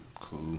Cool